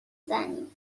زنی